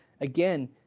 Again